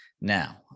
now